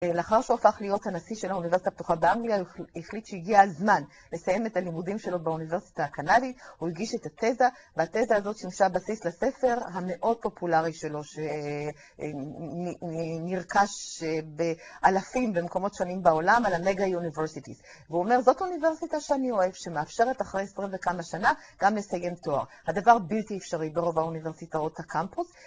לאחר שהוא הפך להיות הנשיא של האוניברסיטה הפתוחה באנגליה, הוא החליט שהגיע הזמן לסיים את הלימודים שלו באוניברסיטה הקנדית. הוא הגיש את התזה, והתזה הזאת שימשה בסיס לספר המאוד פופולרי שלו, שנרכש באלפים במקומות שונים בעולם, על ה-Mega Universities. והוא אומר, זאת האוניברסיטה שאני אוהב, שמאפשרת אחרי עשרה וכמה שנה גם לסיים תואר. הדבר בלתי אפשרי ברוב האוניברסיטאות הקמפוס.